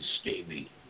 Stevie